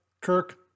kirk